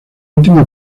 última